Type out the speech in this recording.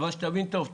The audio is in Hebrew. אבל שתבין טוב טוב.